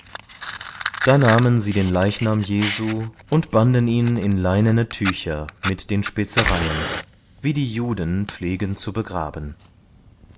da nahmen sie den leichnam jesu und banden ihn in leinene tücher mit den spezereien wie die juden pflegen zu begraben